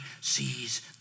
sees